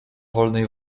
wolnej